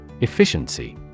Efficiency